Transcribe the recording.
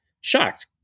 Shocked